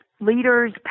leaders